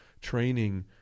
training